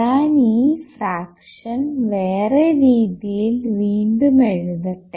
ഞാൻ ഈ ഫ്രാക്ഷൻ വേറെ രീതിയിൽ വീണ്ടും എഴുതട്ടെ